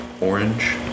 Orange